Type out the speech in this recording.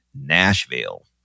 Nashville